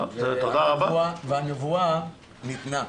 והנבואה ניתנה.